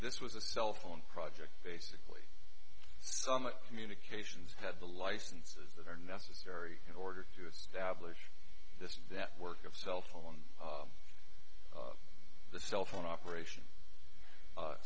this was a cell phone project basically some communications had the licenses that are necessary in order to establish this death work of cell phone the cell phone operation